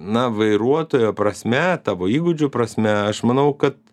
na vairuotojo prasme tavo įgūdžių prasme aš manau kad